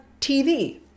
TV